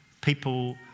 people